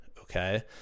Okay